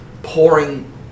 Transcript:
pouring